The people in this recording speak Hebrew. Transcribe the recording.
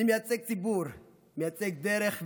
אני מייצג ציבור, מייצג דרך ואמונה,